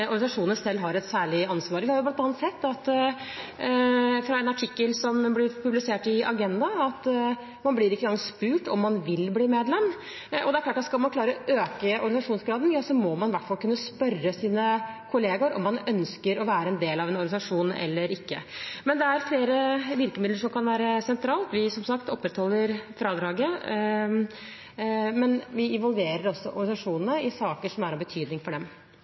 organisasjonene selv har et særlig ansvar. Vi har bl.a. sett i en artikkel som ble publisert i Agenda, at man blir ikke en gang spurt om man vil bli medlem. Det er klart at skal man klare å øke organisasjonsgraden, må man i hvert fall kunne spørre sine kollegaer om de ønsker å være en del av en organisasjon eller ikke. Men det er flere virkemidler som kan være sentrale. Som sagt, vi opprettholder fradraget, men vi involverer også organisasjonene i saker som er av betydning for dem.